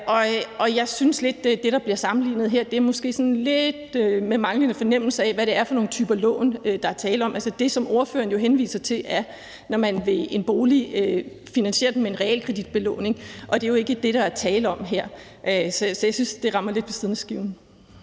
og jeg synes måske, at det, der bliver sammenlignet her, måske sådan sker med lidt manglende fornemmelse for, hvad det er for nogle typer lån, der er tale om. Det, som ordføreren jo henviser til, er, når man ved en bolig finansierer den med en realkreditbelåning, og det er jo ikke det, der er tale om her. Så jeg synes, det rammer lidt ved siden af skiven.